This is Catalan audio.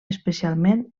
especialment